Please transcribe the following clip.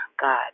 god